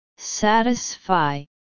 Satisfy